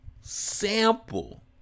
sample